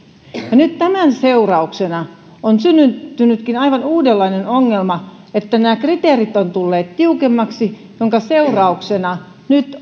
ja tämän seurauksena on syntynytkin aivan uudenlainen ongelma eli se että nämä kriteerit ovat tulleet tiukemmiksi minkä seurauksena nyt